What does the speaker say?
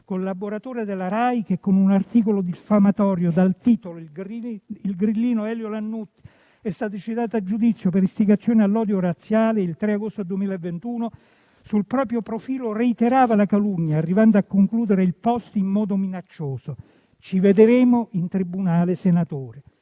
collaboratore della RAI che con un articolo diffamatorio dal titolo «Il grillino Elio Lannutti è stato citato a giudizio per istigazione all'odio razziale» il 3 agosto 2021 sul proprio profilo reiterava la calunnia, arrivando a concludere il *post* in modo minaccioso: «ci vedremo in tribunale senatore».